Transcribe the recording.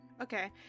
Okay